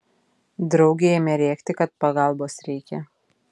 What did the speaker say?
draugė ėmė rėkti kad pagalbos reikia